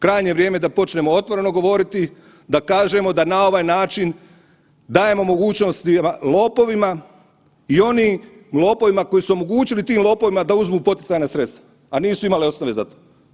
Krajnje je vrijeme da počnemo otvoreno govoriti da kažemo da na ovaj način dajemo mogućnosti lopovima i onim lopovima koji su omogućili tim lopovima da uzmu poticajna sredstva, a nisu imali osnove za to.